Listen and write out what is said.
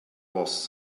boss